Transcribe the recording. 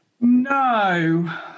No